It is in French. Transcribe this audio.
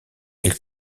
elle